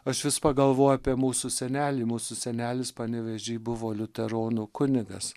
aš vis pagalvoju apie mūsų senelį mūsų senelis panevėžy buvo liuteronų kunigas